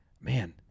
Man